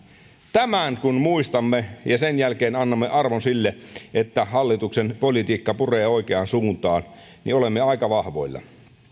tämän kun muistamme ja sen jälkeen annamme arvon sille että hallituksen politiikka puree oikeaan suuntaan niin olemme aika vahvoilla